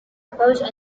opposed